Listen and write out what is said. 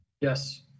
Yes